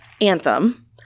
anthem